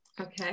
okay